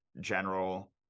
general